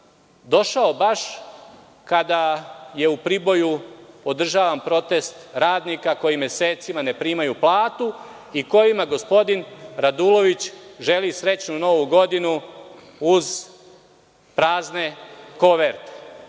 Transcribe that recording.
došao baš kada je u Priboju održavan protest radnika koji mesecima ne primaju platu, i kojima gospodin Radulović želi srećnu Novu godinu uz prazne koverte,